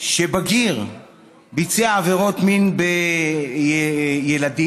שבגיר ביצע עבירות מין בילדים,